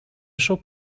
shop